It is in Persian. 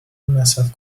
مصرف